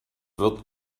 wird